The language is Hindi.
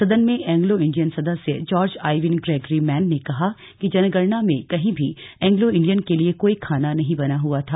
सदन में एंग्लो इंडियन सदस्य जार्ज आईवन ग्रेगरी मैन ने कहा कि जनगणना में कहीं भी एंग्लो इंडियन के लिए कोई खाना नहीं बना हुआ था